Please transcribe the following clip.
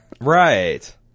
Right